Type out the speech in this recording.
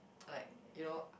like you know